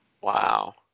Wow